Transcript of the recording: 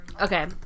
Okay